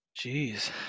Jeez